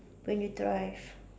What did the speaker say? when you drive